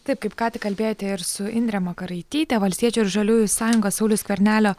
taip kaip ką tik kalbėjote ir su indre makaraityte valstiečių ir žaliųjų sąjunga sauliaus skvernelio